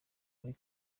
kuri